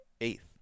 eighth